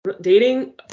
Dating